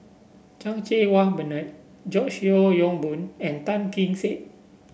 Chan Cheng Wah Bernard George Yeo Yong Boon and Tan Kee Sek